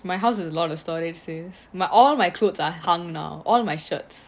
my house is a lot of storage sis my all my clothes are hung now all my shirts